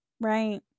right